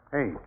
Hey